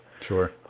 Sure